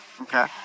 Okay